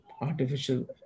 artificial